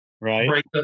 right